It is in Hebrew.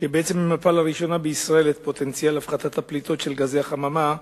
שבעצם מיפה לראשונה את פוטנציאל הפחתת הפליטות של גזי החממה בישראל,